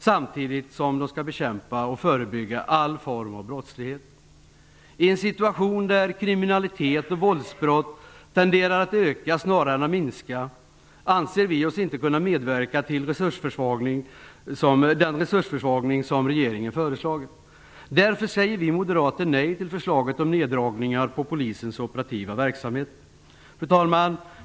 Samtidigt skall de bekämpa och förebygga all form av brottslighet. I en situation där kriminalitet och våldsbrott tenderar att öka snarare än att minska anser vi oss inte kunna medverka till den resursförsvagning som regeringen föreslagit. Därför säger vi moderater nej till förslaget om neddragningar i Polisens operativa verksamheter. Fru talman!